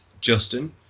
Justin